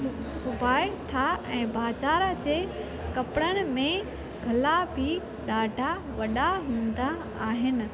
सुबाए था ऐं बाज़ार जे कपिड़नि में गला बि ॾाढा वॾा हूंदा आहिनि